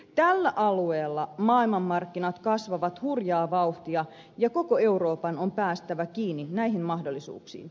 tällä alueella maailmanmarkkinat kasvavat hurjaa vauhtia ja koko euroopan on päästävä kiinni näihin mahdollisuuksiin